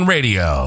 Radio